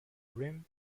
rim